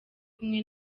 kumwe